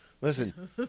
Listen